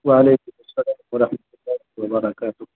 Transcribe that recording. وعلیکم السلام ورحمۃ اللہ وبرکاتہ